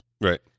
Right